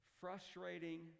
frustrating